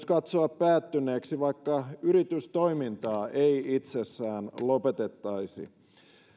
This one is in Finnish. katsoa päättyneeksi myös vaikka yritystoimintaa itsessään ei lopetettaisi